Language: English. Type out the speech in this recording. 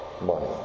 money